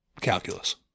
calculus